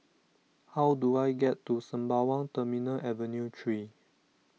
how do I get to Sembawang Terminal Avenue three